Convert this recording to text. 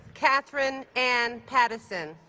katherine anne pattison